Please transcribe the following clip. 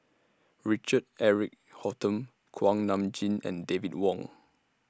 Richard Eric Holttum Kuak Nam Jin and David Wong